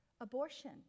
Abortion